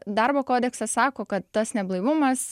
darbo kodeksas sako kad tas neblaivumas